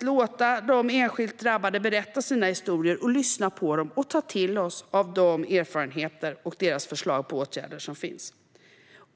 låta de enskilt drabbade berätta sina historier och lyssna på dem och ta till oss av deras erfarenheter och de förslag på åtgärder som finns.